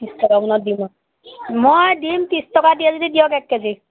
ত্ৰিছ টকামানত দিম আৰু মই দিম ত্ৰিছ টকা দিয়ে যদি দিয়ক এক কেজি